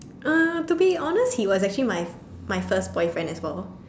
uh to be honest he was actually my my first boyfriend as well